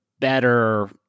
better